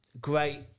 great